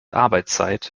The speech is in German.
arbeitszeit